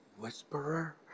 whisperer